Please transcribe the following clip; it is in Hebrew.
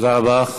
תודה רבה.